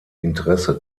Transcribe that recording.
interesse